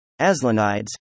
Aslanides